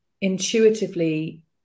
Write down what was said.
intuitively